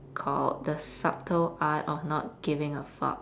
called the subtle art of not giving a fuck